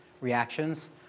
reactions